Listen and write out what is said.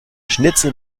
schnitzel